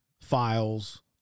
files